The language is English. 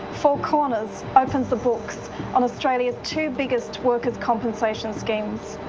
four corners opens the books on australia's two biggest workers compensation schemes.